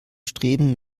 streben